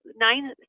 Nine